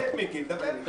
קח את מיקי, תדבר איתו.